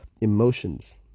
emotions